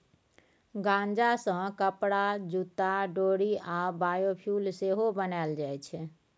गांजा सँ कपरा, जुत्ता, डोरि आ बायोफ्युल सेहो बनाएल जाइ छै